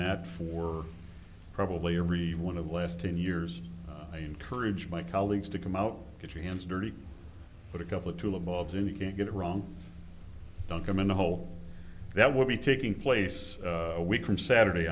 that for probably every one of the last ten years i encourage my colleagues to come out get your hands dirty but a couple of tulip bulbs and you can't get it wrong don't come in the hole that will be taking place a week from saturday